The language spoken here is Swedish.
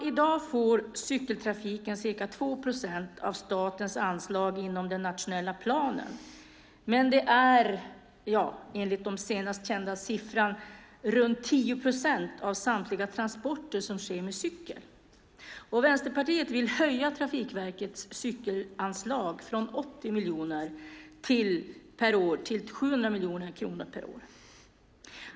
I dag får cykeltrafiken ca 2 procent av statens anslag inom den nationella planen, men det är enligt de senast kända siffrorna runt 10 procent av samtliga transporter som sker med cykel. Vänsterpartiet vill höja Trafikverkets cykelanslag från 80 miljoner per år till 700 miljoner kronor per år.